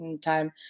time